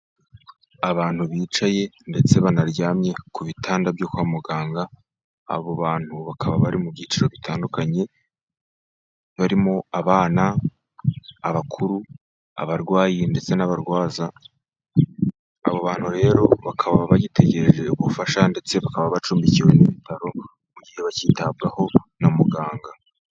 Abantu bicaye ndetse banaryamye ku bitanda byo kwa muganga , abo bantu bakaba bari mu byiciro bitandukanye, barimo abana abakuru abarwayi ndetse n'abarwaza , abo bantu rero bakaba bagitegereje ubufasha ,ndetse bakaba bacumbikiwe n'ibitaro mu gihe bakitabwaho na muganga.